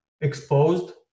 exposed